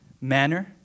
manner